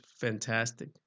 fantastic